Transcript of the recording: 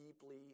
deeply